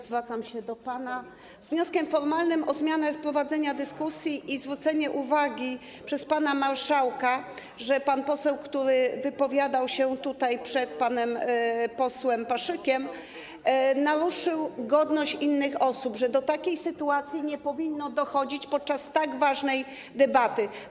Zwracam się do pana z wnioskiem formalnym o zmianę prowadzenia dyskusji i zwrócenie uwagi przez pana marszałka na to, że pan poseł, który wypowiadał się tutaj przed panem poseł Paszykiem, naruszył godność innych osób, że do takiej sytuacji nie powinno dochodzić podczas tak ważnej debaty.